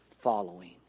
Following